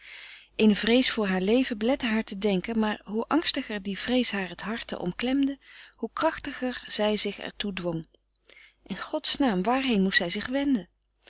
eene vrees voor haar leven belette haar te denken maar hoe angstiger die vrees haar het harte omklemde hoe krachtiger zij er zich toe dwong in godsnaam waarheen moest zij zich wenden